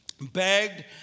Begged